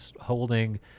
holding